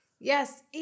Yes